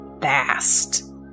fast